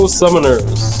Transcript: summoners